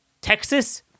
Texas